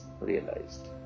realized